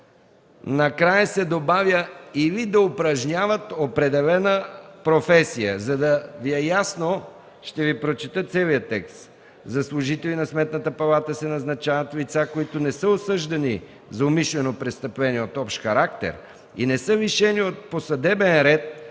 накрая се добавя „или да упражняват определена професия”. За да е ясно, ще Ви прочета целия текст: „за служители на Сметната палата се назначават лица, които не са осъждани за умишлено престъпление от общ характер и не са лишени по съдебен ред